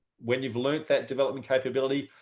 when you've learned that development capability,